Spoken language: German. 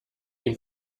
ihn